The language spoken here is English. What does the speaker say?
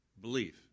belief